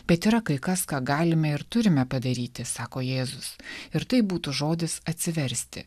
bet yra kai kas ką galime ir turime padaryti sako jėzus ir tai būtų žodis atsiversti